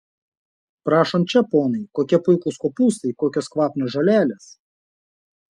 prašom čia ponai kokie puikūs kopūstai kokios kvapnios žolelės